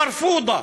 מרפודה.